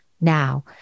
Now